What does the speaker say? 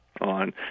On